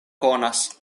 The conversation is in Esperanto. konas